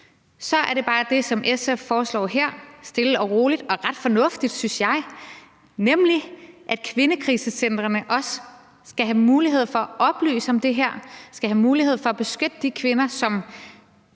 Og så er det, som SF foreslår her – stille og roligt og ret fornuftigt, synes jeg – at kvindekrisecentrene også skal have mulighed for at oplyse om det her og skal have mulighed for at beskytte de kvinder, som